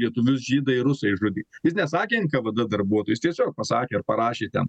lietuvius žydai rusai žudė jis nesakė nkvd darbuotojai jis tiesiog pasakė ar parašė ten